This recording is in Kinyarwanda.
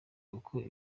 ukwo